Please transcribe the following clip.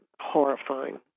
horrifying